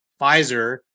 Pfizer